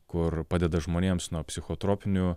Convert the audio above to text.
kur padeda žmonėms nuo psichotropinių